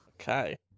Okay